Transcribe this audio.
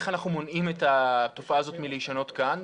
איך אנחנו מונעים את התופעה הזאת מלהישנות כאן,